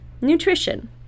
nutrition